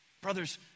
Brothers